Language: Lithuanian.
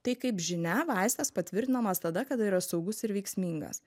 tai kaip žinia vaistas patvirtinamas tada kada yra saugus ir veiksmingas